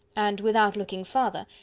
and, without looking farther,